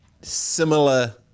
similar